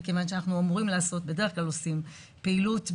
מכיוון שאנחנו בדרך כלל עושים פעילות בקייטנות,